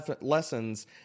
lessons